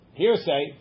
hearsay